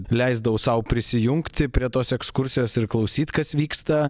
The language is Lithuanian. leisdavau sau prisijungti prie tos ekskursijos ir klausyt kas vyksta